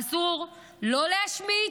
אסור לא להשמיץ,